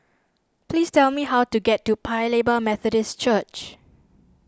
please tell me how to get to Paya Lebar Methodist Church